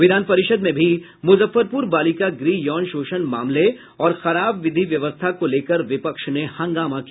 विधान परिषद् में भी मुजफ्फरपुर बालिका गृह यौन शोषण मामले और खराब विधि व्यवस्था को लेकर विपक्ष ने हंगामा किया